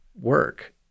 work